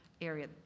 area